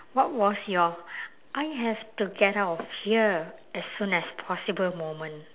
what was your I have to get out of here as soon as possible moment